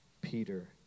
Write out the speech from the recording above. Peter